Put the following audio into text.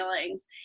feelings